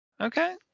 Okay